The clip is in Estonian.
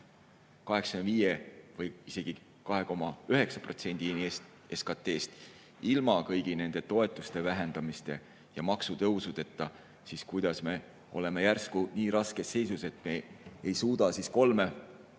või isegi 2,9%‑ni SKT‑st ilma kõigi nende toetuste vähendamiste ja maksutõusudeta, siis kuidas me oleme järsku nii raskes seisus, et me ei suuda 0,3% sealt